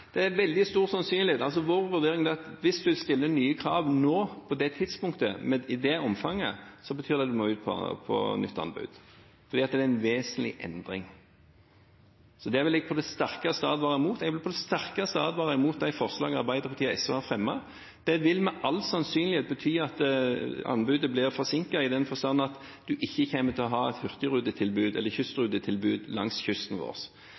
Det er veldig stor sannsynlighet for det. Vår vurdering er at hvis en stiller nye krav nå, på det tidspunktet, av det omfanget, betyr det at det må ut på nytt anbud fordi det er en vesentlig endring. Det vil jeg på det sterkeste advare mot. Jeg vil på det sterkeste advare mot de forslagene som Arbeiderpartiet og SV har fremmet. De vil med all sannsynlighet bety at anbudet blir forsinket i den forstand at en ikke kommer til å ha et hurtigrutetilbud eller kystrutetilbud langs kysten vår.